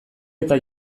eta